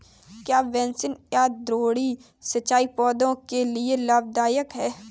क्या बेसिन या द्रोणी सिंचाई पौधों के लिए लाभदायक है?